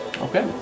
Okay